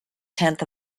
tenth